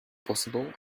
possible